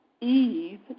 eve